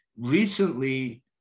recently